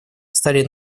стали